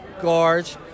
Gorge